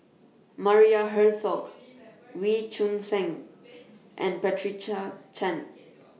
Maria Hertogh Wee Choon Seng and Patricia Chan